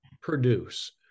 produce